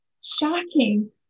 shocking